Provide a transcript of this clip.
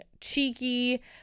cheeky